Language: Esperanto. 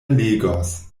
legos